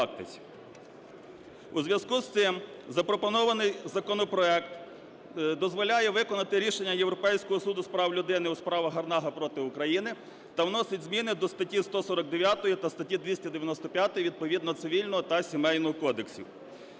У зв'язку з цим запропонований законопроект дозволяє виконати рішення Європейського суду з прав людини у справі "Гарнага проти України" та вносить зміни до статті 149 та статті 295 відповідного Цивільного та Сімейного кодексів.